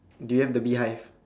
do you have the beehive